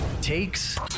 takes